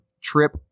trip